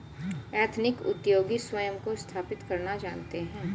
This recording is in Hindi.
एथनिक उद्योगी स्वयं को स्थापित करना जानते हैं